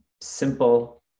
simple